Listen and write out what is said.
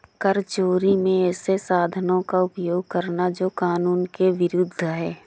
कर चोरी में ऐसे साधनों का उपयोग करना जो कानून के विरूद्ध है